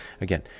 again